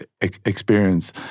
experience